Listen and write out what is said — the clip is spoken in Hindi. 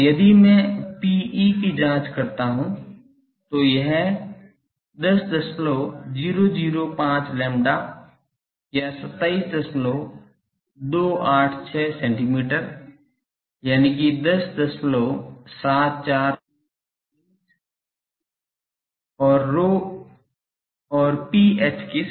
और यदि मैं Pe की जाँच करता हूं तो यह 100055 lambda या 27286 सेंटीमीटर 10743 इंच और Ph के समान है